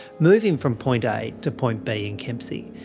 moving from point a to point b in kempsey.